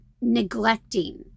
neglecting